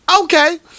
okay